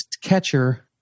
catcher